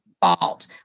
Fault